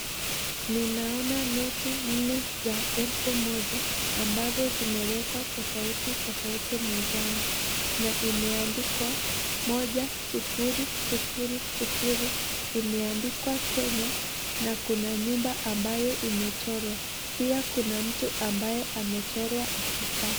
Ninaona noti nne ya elfu moja ambazo zimewekwa tofauti tofauti mezani, na imeandikwa moja , sufuri ,sufuri, sufuri imeandikwa Kenya na kuna nyumba ambayo imechorwa pia kuna mtu ambaye amechorwa akikaa.